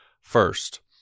first